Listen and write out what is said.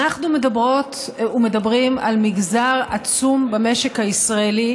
אנחנו מדברות ומדברים על מגזר עצום במשק הישראלי,